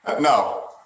no